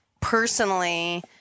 personally